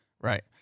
Right